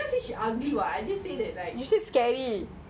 say she ugly lah I didn't say that like usually it's scary